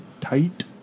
tight